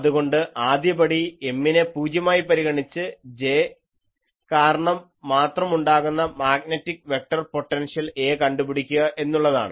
അതുകൊണ്ട് ആദ്യപടി M നെ പൂജ്യമായി പരിഗണിച്ച് J കാരണം മാത്രം ഉണ്ടാകുന്ന മാഗ്നറ്റിക് വെക്ടർ പൊട്ടൻഷ്യൽ A കണ്ടു പിടിക്കുക എന്നുള്ളതാണ്